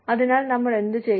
അതിനാൽ നമ്മൾ എന്തുചെയ്യും